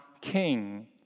king